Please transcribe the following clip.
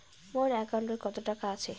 মোর একাউন্টত কত টাকা আছে?